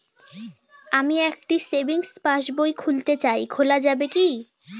আমি একটি সেভিংস পাসবই খুলতে চাই খোলা যাবে কি?